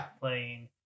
playing